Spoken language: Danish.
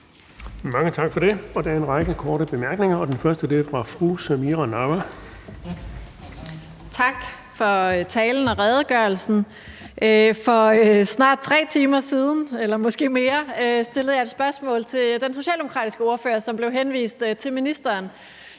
Mange tak for det. Der er en række korte bemærkninger, og den første er fra fru Samira Nawa. Kl. 17:56 Samira Nawa (RV): Tak for talen og redegørelsen. For snart 3 timer siden eller måske mere stillede jeg et spørgsmål til den socialdemokratiske ordfører, som blev henvist til ministeren,